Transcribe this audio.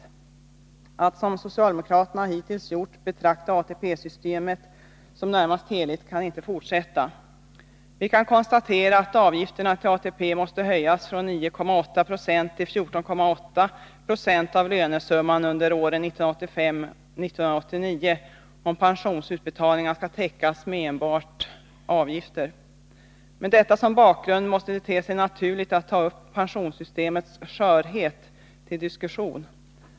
Man kan inte fortsätta att, som socialdemokraterna hittills gjort, betrakta ATP-systemet som närmast heligt. Vi kan konstatera att avgifterna till ATP måste höjas från 9,8 97 till 14,8 20 av lönesumman under åren 1985-1989 om pensionsutbetalningarna skall täckas med enbart avgifter. Med detta som bakgrund måste det te sig naturligt att ta upp pensionssystemets skörhet till diskussion.